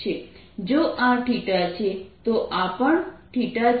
જો આ છે તો આ પણ છે